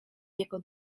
jego